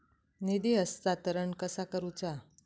निधी हस्तांतरण कसा करुचा?